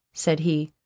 said he.